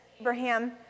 Abraham